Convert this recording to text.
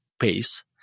pace